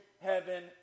heaven